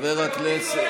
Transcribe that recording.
חבר הכנסת,